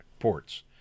ports